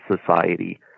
society